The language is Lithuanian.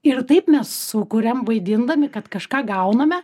ir taip mes sukuriam vaidindami kad kažką gauname